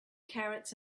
carrots